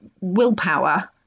willpower